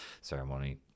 ceremony